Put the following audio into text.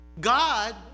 God